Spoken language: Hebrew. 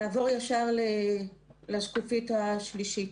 נעבור ישר לשקופית השלישית: